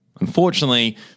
Unfortunately